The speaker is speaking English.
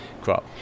crop